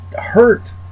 hurt